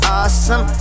awesome